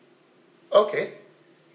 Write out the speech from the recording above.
okay